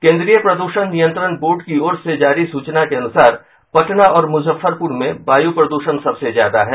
केंद्रीय प्रदूषण नियंत्रण बोर्ड की ओर से जारी सूचना के अनुसार पटना और मुजफ्फरपुर में वायु प्रदूषण सबसे ज्यादा है